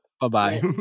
Bye-bye